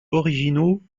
originaux